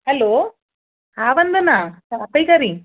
hello हा वंदना छा पई करीं